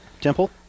temple